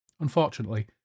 Unfortunately